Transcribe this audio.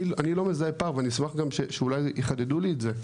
אני לא מזהה פער ואני אשמח גם שאולי יחדדו לי את זה,